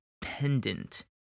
pendant